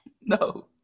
No